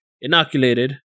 inoculated